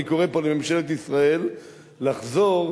אני קורא פה לממשלת ישראל לחזור,